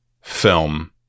film